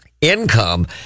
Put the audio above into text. income